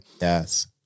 Yes